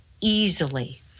easily